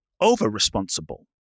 over-responsible